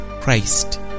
Christ